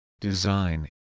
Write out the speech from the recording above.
design